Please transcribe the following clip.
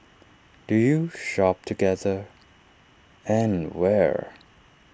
do you shop together and where